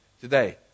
Today